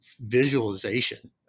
visualization